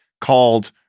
called